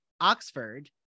Oxford